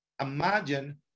imagine